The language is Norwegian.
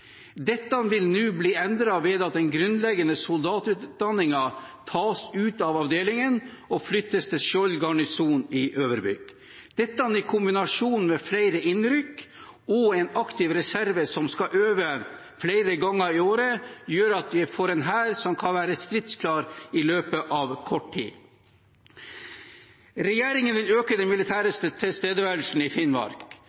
Dette vil nå bli endret ved at den grunnleggende soldatutdanningen tas ut av avdelingene og flyttes til Skjold garnison i Øverbygd. Dette i kombinasjon med flere innrykk og en aktiv reserve som skal øve flere ganger i året, gjør at vi får en hær som kan være stridsklar i løpet av kort tid. Regjeringen vil øke den